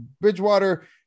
Bridgewater